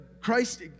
Christ